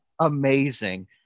amazing